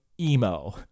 emo